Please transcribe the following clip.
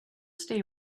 stay